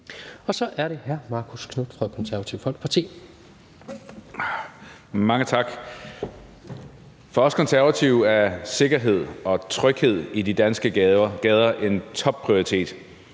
Så er det hr. Marcus Knuth fra Konservative Folkeparti. Kl. 15:30 Marcus Knuth (KF): Mange tak. For os i Konservative er sikkerhed og tryghed i de danske gader en topprioritet.